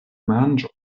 manĝos